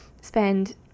spend